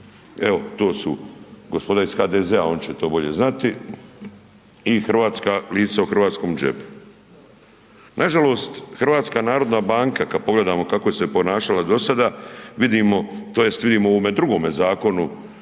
evo to su gospoda iz HDZ-a oni će to bolje znati i hrvatska lisnica u hrvatskom džepu. Nažalost, HNB kada pogledamo kako je se ponašala do sada vidimo tj. vidimo u ovome drugome zakonu